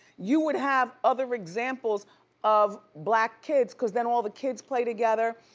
you would have other examples of black kids cause then all the kids play together.